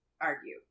argue